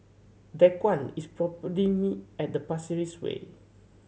Daquan is me at the Pasir Ris Way